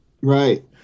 Right